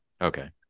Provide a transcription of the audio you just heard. okay